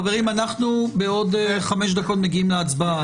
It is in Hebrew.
חברים, אנחנו בעוד חמש דקות מגיעים להצבעה.